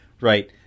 right